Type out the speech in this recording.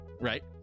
Right